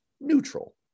neutral